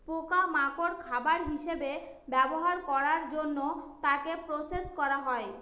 পোকা মাকড় খাবার হিসেবে ব্যবহার করার জন্য তাকে প্রসেস করা হয়